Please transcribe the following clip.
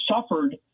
suffered